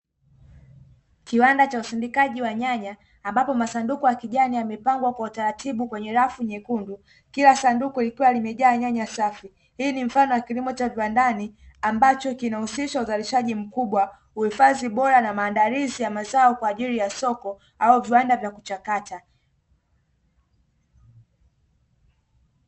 Kiwanda cha usindikaji wa nyanya ambapo masunduku ya kijani yamepangwa kwa utaratibu kwenye rafu nyekundu, kila sanduku likiwa limejaa nyanya safi. Hii ni mfano wa kilimo cha viwandani ambacho kinahusisha uzalishaji mkubwa uhifadhi bora na maandalizi ya mazao kwa ajili ya masoko au viwanda vya kuchakata.